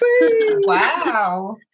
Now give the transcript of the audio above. wow